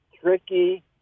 tricky